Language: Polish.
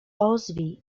ozwij